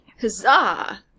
Huzzah